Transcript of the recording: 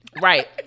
Right